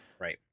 right